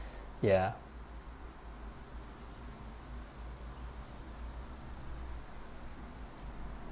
ya